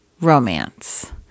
romance